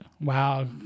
Wow